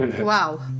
Wow